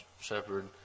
shepherd